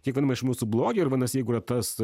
kiekviename iš mūsų blogio ir vadinasi jeigu yra tas